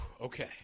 okay